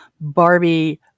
Barbie